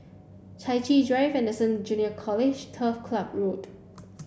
Chai Chee Drive Anderson Junior College Turf Club Road